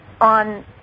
on